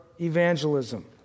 evangelism